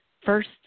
first